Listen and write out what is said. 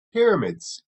pyramids